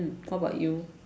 how about you